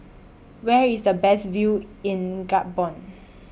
Where IS The Best View in Gabon